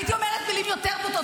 הייתי אומרת מילים יותר בוטות,